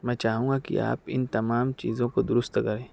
میں چاہوں گا کہ آپ اِن تمام چیزوں کو دُرست کریں